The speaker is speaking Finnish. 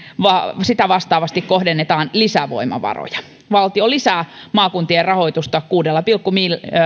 sitä vastaavasti kohdennetaan lisää voimavaroja valtio lisää maakuntien rahoitusta kuudella pilkku